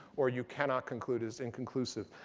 or you cannot conclude, is inconclusive?